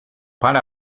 para